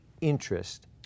interest